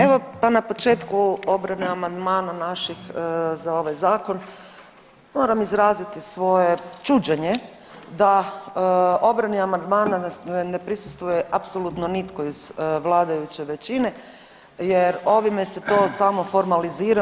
Evo pa na početku obrane amandmana naših za ovaj zakon moram izraziti svoje čuđenje da obrani amandmana ne prisustvuje apsolutno nitko iz vladajuće većine jer ovime se to samo formalizira.